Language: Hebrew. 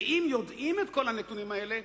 ואם יודעים את כל הנתונים האלה,